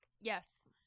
Yes